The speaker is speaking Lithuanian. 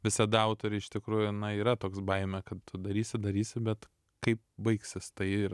visada autoriui iš tikrųjų yra toks baimė kad tu darysi darysi bet kaip baigsis tai ir